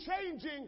changing